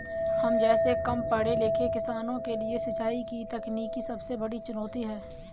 हम जैसै कम पढ़े लिखे किसानों के लिए सिंचाई की तकनीकी सबसे बड़ी चुनौती है